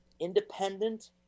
independent